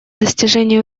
достижения